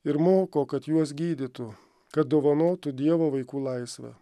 ir moko kad juos gydytų kad dovanotų dievo vaikų laisvę